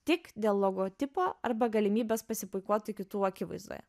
tik dėl logotipo arba galimybės pasipuikuoti kitų akivaizdoje